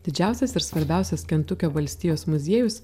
didžiausias ir svarbiausias kentukio valstijos muziejus